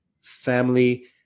family